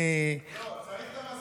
אני, לא, צריך את המזכירות,